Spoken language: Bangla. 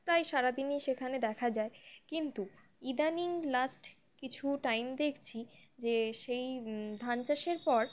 প্রায় সারাদিনই সেখানে দেখা যায় কিন্তু ইদানিং লাস্ট কিছু টাইম দেখছি যে সেই ধান চাষের পর